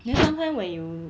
then sometime when you